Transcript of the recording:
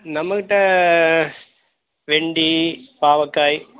நம்ம கிட்ட வெண்டை பாவற்காய்